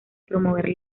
promover